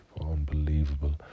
Unbelievable